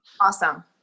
awesome